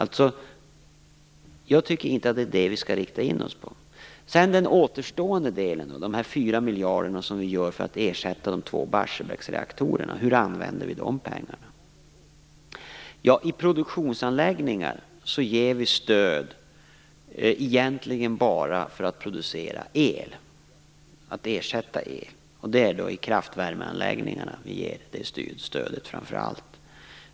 Jag tycker inte att vi skall rikta in oss på det. Sedan har vi den återstående delen, de 4 miljarder som vi satsar för att ersätta de två reaktorerna i Barsebäck. Hur använder vi dessa pengar? Vi ger egentligen stöd bara till produktionsanläggningar för att producera el och ersätta el. Det stödet ger vi framför allt till kraftvärmeanläggningarna.